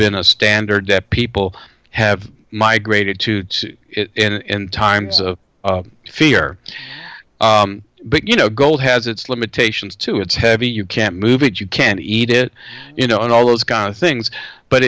been a standard that people have migrated to in times of fear but you know gold has its limitations too it's heavy you can't move it you can't eat it you know and all those kind of things but